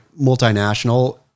multinational